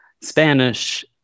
Spanish